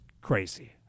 crazy